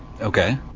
Okay